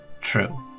True